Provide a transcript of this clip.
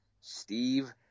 Steve